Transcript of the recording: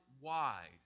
wise